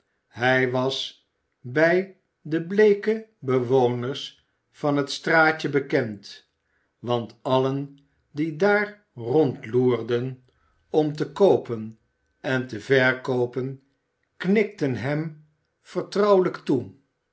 hij was bij de bleeke bewoners van dat straatje bekend want allen die daar rondloerden om te koopen en te verkoopen knikten hem vertrouwelijk toe